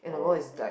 oh